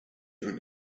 during